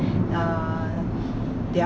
uh their